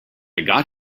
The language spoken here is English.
got